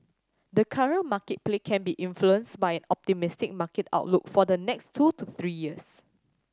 the current market play can be influenced by an optimistic market outlook for the next two to three years